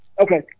Okay